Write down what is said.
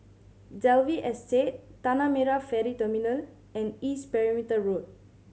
Dalvey Estate Tanah Merah Ferry Terminal and East Perimeter Road